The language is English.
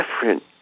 different